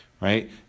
right